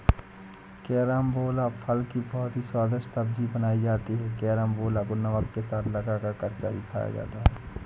carambola फल की बहुत ही स्वादिष्ट सब्जी बनाई जाती है कैरमबोला को नमक के साथ लगाकर कच्चा भी खाया जाता है